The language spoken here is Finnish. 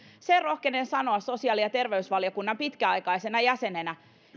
sen rohkenen sanoa sosiaali ja terveysvaliokunnan pitkäaikaisena jäsenenä